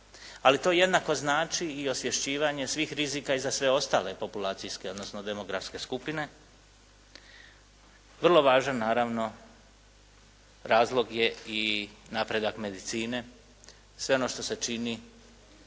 Ali to jednako znači i osvješćivanje svih rizika i za sve ostale populacijske, odnosno demografske skupine. Vrlo važan razlog je i napredak medicine, sve ono što se čini